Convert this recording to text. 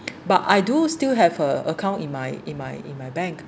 but I do still have her account in my in my in my bank